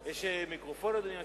יש מיקרופון, אדוני היושב-ראש?